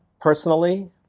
personally